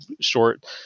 short